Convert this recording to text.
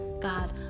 God